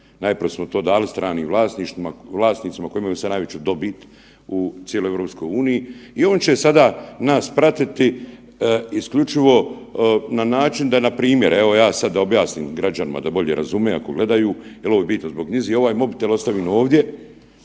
Najprije smo to dali stranim vlasnicima koji imaju sad najveću dobit u cijeloj EU i oni će sada nas pratiti isključivo na način da npr. evo ja sad da objasnim građanima da bolje razume ako gledaju jel ovo je bitno zbog njijzi, ovaj mobitel ostavim ovdje